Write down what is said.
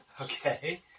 okay